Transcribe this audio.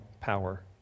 power